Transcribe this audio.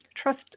Trust